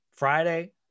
friday